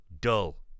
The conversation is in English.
dull